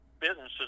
businesses